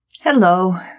Hello